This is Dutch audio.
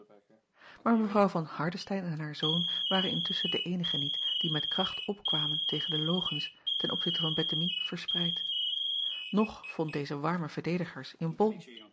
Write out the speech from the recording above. aar evrouw van ardestein en haar zoon waren intusschen de eenigen niet die met kracht opkwamen tegen de logens ten opzichte van ettemie verspreid og vond deze warme verdedigers in ol